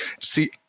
See